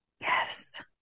Yes